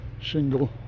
shingle